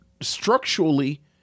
structurally